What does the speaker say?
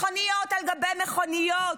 מכוניות על גבי מכוניות.